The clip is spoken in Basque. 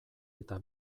eta